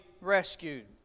rescued